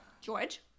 George